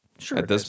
Sure